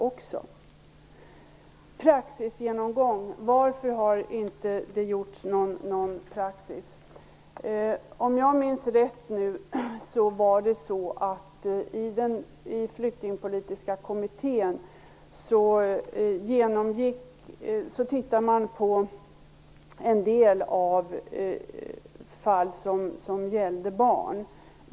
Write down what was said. Varför har det inte gjorts någon praxisgenomgång? frågar hon vidare. Om jag minns rätt tittade man i den flyktingpolitiska kommittén på en del fall som gällde barn.